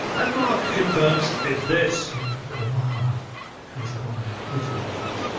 and mark confirms is this. it was a koala. he is calling out for his girlfriends.